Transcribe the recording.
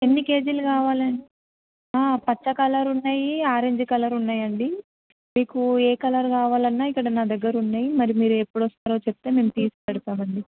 ఎన్ని కేజీలు కావాలి పచ్చ కలర్ ఉన్నాయి ఆరెంజ్ కలర్ ఉన్నాయండి మీకు ఏ కలర్ కావాలన్నా ఇక్కడ మా దగ్గర ఉన్నాయి మీరు ఎప్పుడొస్తారో చెప్తే మేము తీసిపెడతామండి